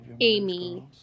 Amy